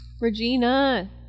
Regina